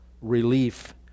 relief